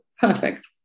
perfect